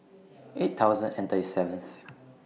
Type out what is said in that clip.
eight thousand and thirty seventh